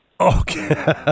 okay